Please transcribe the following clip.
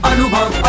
Anubhav